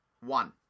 One